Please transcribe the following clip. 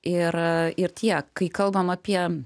ir ir tie kai kalbam apie